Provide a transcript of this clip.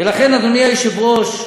אדוני היושב-ראש,